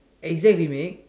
exact remake